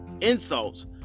insults